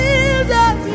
Jesus